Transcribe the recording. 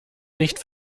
nicht